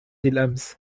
الأمس